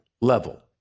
level